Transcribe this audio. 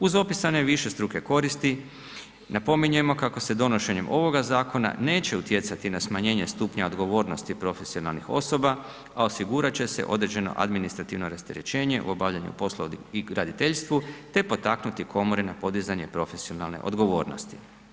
Uz opisane višestruke koristi napominjemo kako se donošenjem ovoga zakona neće utjecati na smanjenje stupnja odgovornosti profesionalnih osoba, a osigurat će se određeno administrativno rasterećenje u obavljanju poslova i graditeljstvu, te potaknuti komore na podizanje profesionalne odgovornosti.